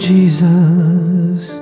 Jesus